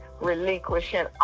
relinquishing